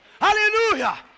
Hallelujah